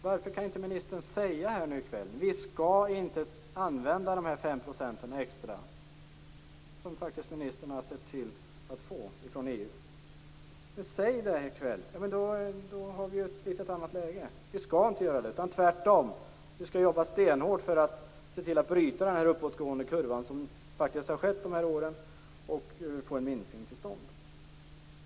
Varför kan inte ministern säga att vi inte skall använda de extra 5 %, som hon har sett till att få från EU? Om hon i kväll säger att vi skall jobba stenhårt för att bryta de senaste årens uppåtgående kurva och få en minskning till stånd är läget litet annorlunda.